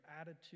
attitude